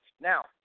Now